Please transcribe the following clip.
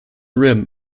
rim